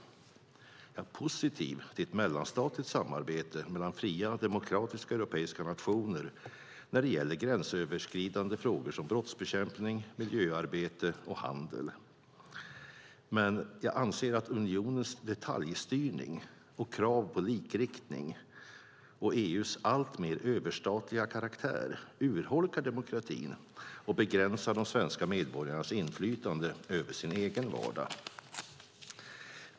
Jag är positiv till ett mellanstatligt samarbete mellan fria demokratiska europeiska nationer när det gäller gränsöverskridande frågor som brottsbekämpning, miljöarbete och handel, men jag anser att unionens detaljstyrning och krav på likriktning och EU:s alltmer överstatliga karaktär urholkar demokratin och begränsar de svenska medborgarnas inflytande över sin egen vardag.